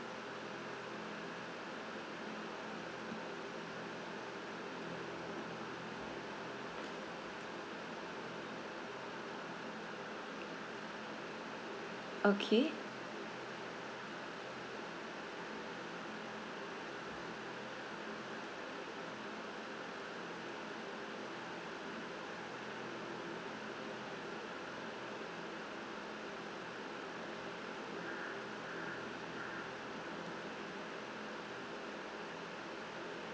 okay